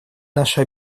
наше